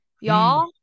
y'all